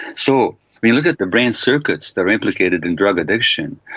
so we look at the brain circuits that are implicated in drug addiction,